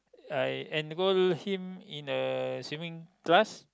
I enroll him in a swimming class